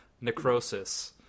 necrosis